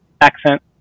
accent